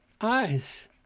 eyes